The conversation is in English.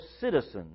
citizens